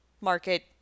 market